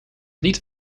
niet